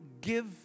give